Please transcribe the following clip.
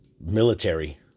military